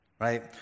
right